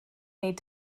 need